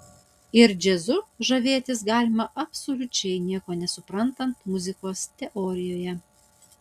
ir džiazu žavėtis galima absoliučiai nieko nesuprantant muzikos teorijoje